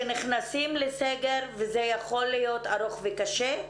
שנכנסים לסגר וזה יכול להיות ארוך וקשה.